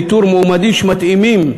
לאיתור מועמדים שמתאימים.